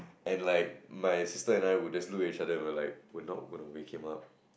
and like my sister and I would just look at each other we were like we're not gonna wake him up